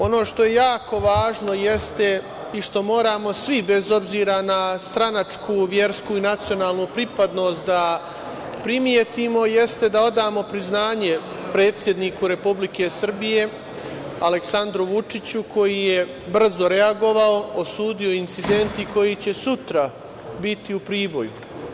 Ono što je jako važno i što moramo svi, bez obzira na stranačku, versku i nacionalnu pripadnost da primetimo jeste da odamo priznanje predsedniku Republike Srbije Aleksandru Vučiću, koji je brzo reagovao, osudio incidente i koji će sutra biti u Priboju.